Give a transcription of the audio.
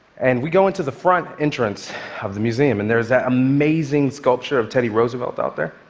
and we go into the front entrance of the museum, and there's that amazing sculpture of teddy roosevelt out there.